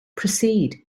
proceed